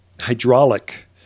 hydraulic